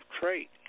trait